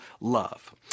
love